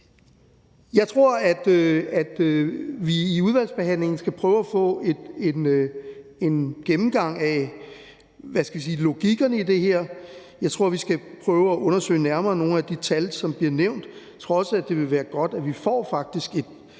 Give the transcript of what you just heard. Jeg tror, at vi i udvalgsbehandlingen skal prøve at få en gennemgang af – hvad skal vi sige – logikken i det her. Jeg tror, vi skal prøve at undersøge nogle af de tal, som bliver nævnt, nærmere. Jeg tror også, at det vil være godt, at vi faktisk får